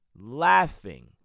laughing